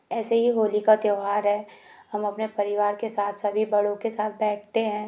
ऐसे ही होली का त्यौहार है हम अपने परिवार के साथ सभी बड़ों के साथ बैठते हैं